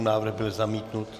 Návrh byl zamítnut.